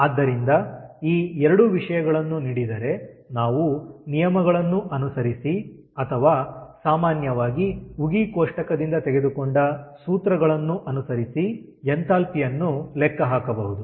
ಆದ್ದರಿಂದ ಈ ಎರಡು ವಿಷಯಗಳನ್ನು ನೀಡಿದರೆ ನಾವು ನಿಯಮಗಳನ್ನು ಅನುಸರಿಸಿ ಅಥವಾ ಸಾಮಾನ್ಯವಾಗಿ ಉಗಿ ಕೋಷ್ಟಕದಿಂದ ತೆಗೆದುಕೊಂಡ ಸೂತ್ರಗಳನ್ನು ಅನುಸರಿಸಿ ಎಂಥಾಲ್ಪಿ ಯನ್ನು ಲೆಕ್ಕ ಹಾಕಬಹುದು